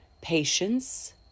patience